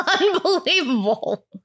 Unbelievable